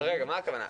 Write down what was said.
רגע, מה הכוונה?